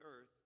earth